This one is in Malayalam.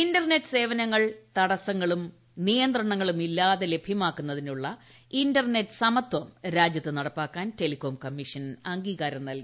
ഇന്റർനെറ്റ് സേവനങ്ങൾ തടസങ്ങളും നിയന്ത്രണങ്ങളും ഇല്ലാതെ ലഭൃമാക്കുന്നതിനുള്ള ഇന്റർനെറ്റ് സമത്വം രാജ്യത്ത് നടപ്പാക്കാൻ ടെലികോം കമ്മീഷൻ അംഗീകാരം നൽകി